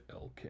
LK